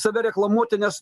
save reklamuoti nes